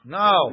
no